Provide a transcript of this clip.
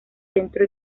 centro